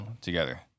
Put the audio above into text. together